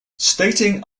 stating